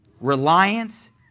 Reliance